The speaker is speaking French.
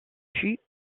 puis